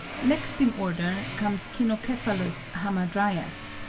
next in order comes cynocephalus hamadryas,